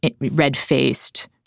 red-faced